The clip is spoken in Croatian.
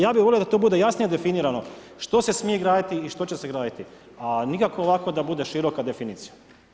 Ja bih volio da to bude jasnije definirano što se smije graditi i što će se graditi, a nikako ovako da bude široka definicija.